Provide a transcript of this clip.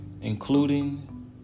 including